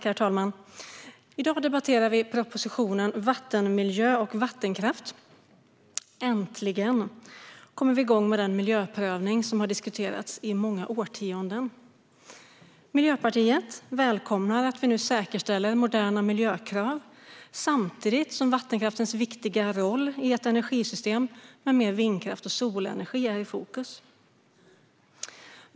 Herr talman! I dag debatterar vi propositionen Vattenmiljö och vattenkraft . Äntligen kommer vi igång med den miljöprövning som har diskuterats i många årtionden. Miljöpartiet välkomnar att vi nu säkerställer moderna miljökrav samtidigt som vattenkraftens viktiga roll i ett energisystem med mer vindkraft och solenergi är i fokus.